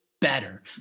better